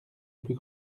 plus